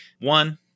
one